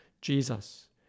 Jesus